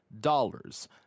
dollars